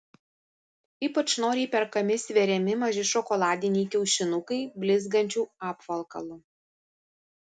ypač noriai perkami sveriami maži šokoladiniai kiaušinukai blizgančiu apvalkalu